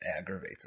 aggravates